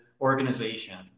organization